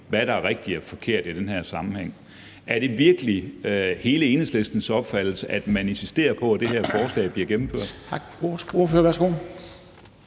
hvad der er rigtigt eller forkert i den her sammenhæng. Er det virkelig hele Enhedslistens opfattelse, at man insisterer på, at det her forslag bliver gennemført?